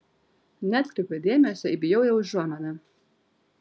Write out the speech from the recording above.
neatkreipiau dėmesio į bjaurią užuominą